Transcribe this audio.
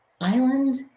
island